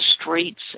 streets